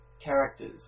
characters